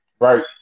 Right